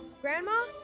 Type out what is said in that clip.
grandma